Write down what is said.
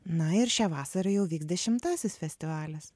na ir šią vasarą jau vyks dešimtasis festivalis